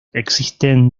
existen